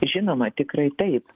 žinoma tikrai taip